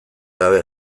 gabe